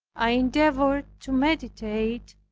i endeavored to meditate,